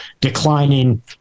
declining